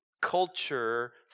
culture